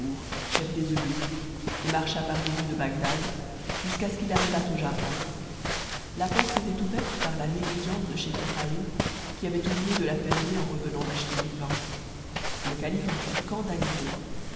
chef des eunuques et marcha par les rues de dad jusqu'à ce qu'il arrivât au jardin la porte était ouverte par la t'gcnee de scheich ibrahim qui avait oublié de la fermer en revenant acheter du vin le calife eu fut scandalisé